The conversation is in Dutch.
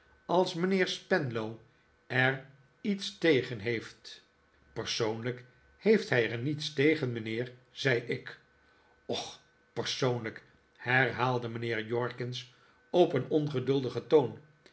als mijnheer spenlow er iets tegen heeft persoonlijk heeft hij er niets tegen mijnheer zei ik och persoonlijk herhaalde mijnheer jorkins op een ongeduldigen toon